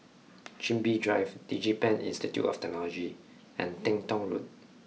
Chin Bee Drive DigiPen Institute of Technology and Teng Tong Road